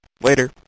Later